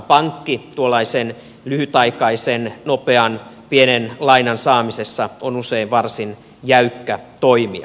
pankki tuollaisen lyhytaikaisen nopean pienen lainan saamisessa on usein varsin jäykkä toimija